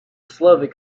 slovak